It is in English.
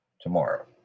tomorrow